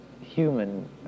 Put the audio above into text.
human